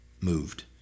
moved